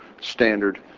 standard